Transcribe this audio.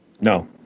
No